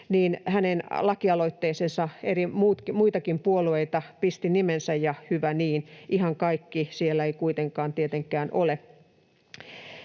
lakialoitteeseen muitakin puolueita pisti nimensä, ja hyvä niin. Ihan kaikki siellä eivät kuitenkaan tietenkään ole.